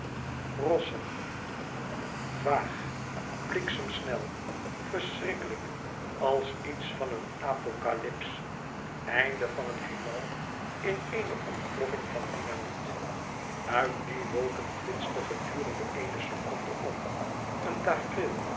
rossig vaag bliksemsnel verschrikkelijk als iets van een apocalypse einde van het heelal in eene ontploffing van dynamiet uit die wolken flitste gedurende eene seconde op een tafereel